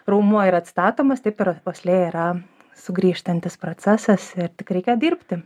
raumuo yra atstatomas taip ir uoslė yra sugrįžtantis procesas tik reikia dirbti